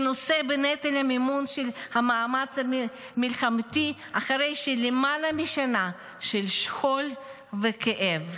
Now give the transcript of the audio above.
שנושא בנטל המימון של המאמץ המלחמתי אחרי למעלה משנה של שכול וכאב.